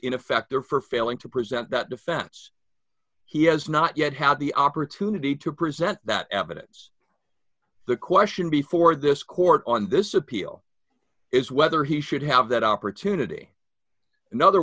in effect or for failing to present that defense he has not yet had the opportunity to present that evidence the question before this court on this appeal is whether he should have that opportunity in other